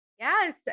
Yes